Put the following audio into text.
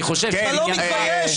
אתה לא מתבייש?